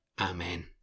Amen